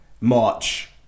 March